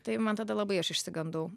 tai man tada labai aš išsigandau